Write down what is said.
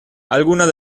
algunas